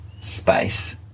space